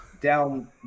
down